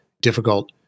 difficult